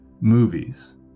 movies